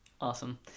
Awesome